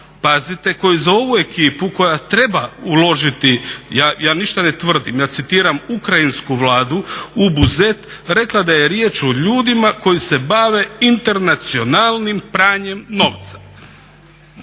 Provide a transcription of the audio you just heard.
pazite koja za ovu ekipu koja treba uložiti, ja ništa ne tvrdim ja citiram Ukrajinsku vladu, u Buzet rekla da je riječ o ljudima koji se bave internacionalnim pranjem novca.